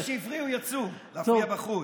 אלה שהפריעו יצאו להפריע בחוץ.